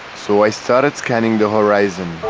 so i started scanning the horizon.